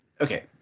okay